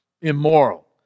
immoral